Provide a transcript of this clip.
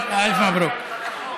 אלף מברוכ.